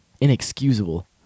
Inexcusable